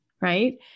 right